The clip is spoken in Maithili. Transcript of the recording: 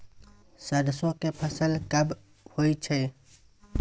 सरसो के फसल कब होय छै?